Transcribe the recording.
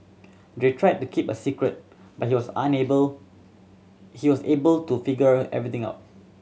they tried to keep it a secret but he was unable he was able to figure everything out